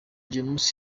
james